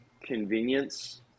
convenience